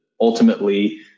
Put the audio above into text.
ultimately